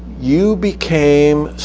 you became,